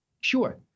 Sure